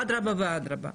אדרבא ואדרבא.